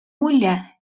mulje